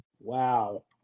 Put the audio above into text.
Wow